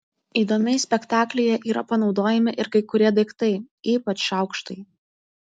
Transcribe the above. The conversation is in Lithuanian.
įdomiai spektaklyje yra panaudojami ir kai kurie daiktai ypač šaukštai